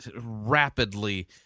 rapidly